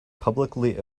publicly